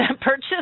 purchase